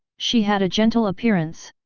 she had a gentle appearance.